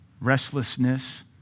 restlessness